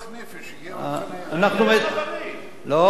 לא,